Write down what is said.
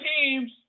teams